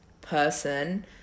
person